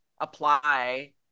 apply